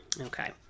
Okay